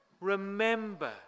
Remember